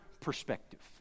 perspective